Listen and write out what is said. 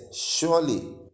surely